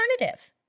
alternative